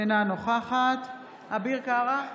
אינה נוכחת אביר קארה,